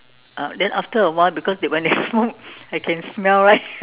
then after awhile because when they smoke I can smell right